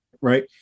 right